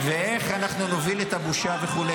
ואיך אנחנו נוביל את הבושה וכו'.